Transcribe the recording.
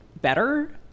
better